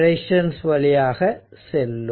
resistance வழியாக செல்லும்